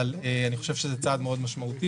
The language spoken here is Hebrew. אבל אני חושב שזה צעד מאוד משמעותי.